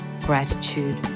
Gratitude